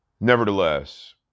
Nevertheless